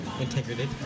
integrated